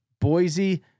Boise